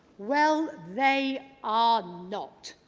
well, they are not!